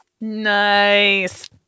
Nice